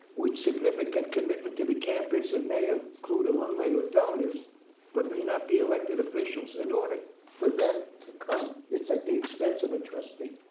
which significant commitment to the campus that and may ah include alumni or donors but may not be elected officials. in order for them to come, it's at the expense of a trustee.